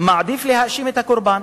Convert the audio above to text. למשל מעדיף להאשים את הקורבן,